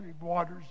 waters